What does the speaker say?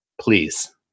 please